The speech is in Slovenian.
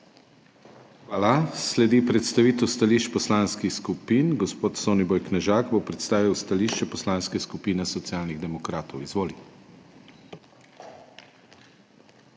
Hvala. Sledi predstavitev stališč poslanskih skupin. Gospod Soniboj Knežak bo predstavil stališče Poslanske skupine Socialnih demokratov. Izvoli.